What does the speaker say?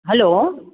hello